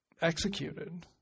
executed